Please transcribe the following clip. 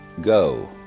go